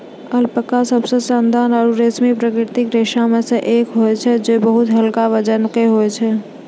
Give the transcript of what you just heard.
alpaca सबसें शानदार आरु रेशमी प्राकृतिक रेशा म सें एक होय छै जे बहुत हल्का वजन के होय छै